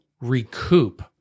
recoup